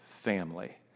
family